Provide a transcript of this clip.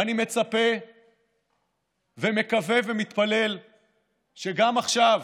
אני מצפה ומקווה ומתפלל שגם עכשיו